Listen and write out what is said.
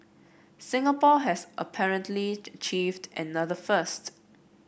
Singapore has apparently achieved another first